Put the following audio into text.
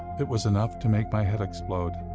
it was enough to make my head explode.